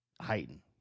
heighten